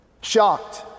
Shocked